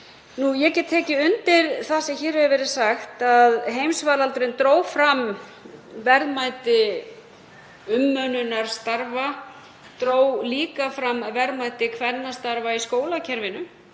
Ég get tekið undir það sem hér hefur verið sagt að heimsfaraldurinn dró fram verðmæti umönnunarstarfa. Hann dró líka fram verðmæti kvennastarfa í skólakerfinu.